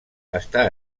està